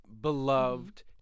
beloved